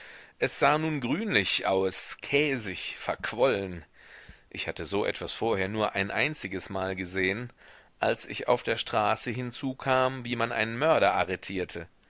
es sah nun grünlich aus käsig verquollen ich hatte so etwas vorher nur ein einzigesmal gesehen als ich auf der straße hinzukam wie man einen mörder arretierte